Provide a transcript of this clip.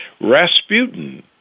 Rasputin